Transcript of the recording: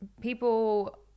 people